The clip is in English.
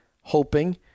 hoping